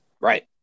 Right